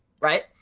Right